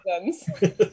reasons